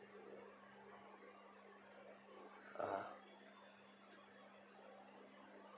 (uh huh)